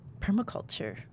Permaculture